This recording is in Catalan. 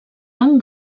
tan